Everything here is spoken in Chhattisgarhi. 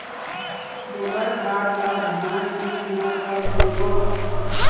गोबर खाद ला धान बीज म कब देबो?